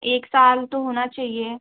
एक साल तो होना चाहिए